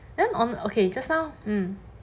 then on okay just now um